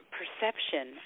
perception